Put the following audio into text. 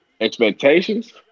Expectations